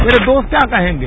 मेरे दोस्त क्या कहेंगे